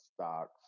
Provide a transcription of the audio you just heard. stocks